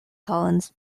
collins